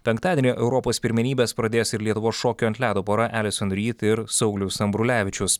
penktadienį europos pirmenybes pradės ir lietuvos šokių ant ledo pora elison ryd ir saulius ambrulevičius